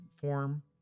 form